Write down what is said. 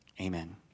Amen